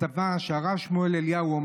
הרב שמואל אליהו,